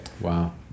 Wow